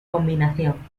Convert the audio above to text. combinación